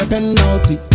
Penalty